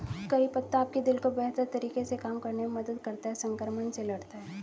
करी पत्ता आपके दिल को बेहतर तरीके से काम करने में मदद करता है, संक्रमण से लड़ता है